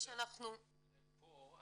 אולי פה תבהירי,